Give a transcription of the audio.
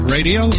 Radio